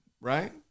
right